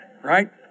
Right